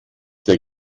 der